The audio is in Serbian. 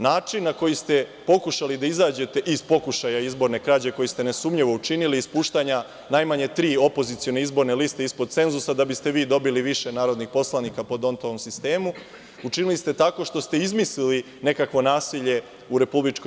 Način na koji ste pokušali da izađete iz pokušaja izborne krađe koju ste nesumnjivo učinili ispuštanja najmanje tri opozicione izborne liste ispod cenzusa da biste vi dobili više narodnih poslanika, učinili ste tako što ste izmislili nekakvo nasilje u RIK.